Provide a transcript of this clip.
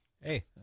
hey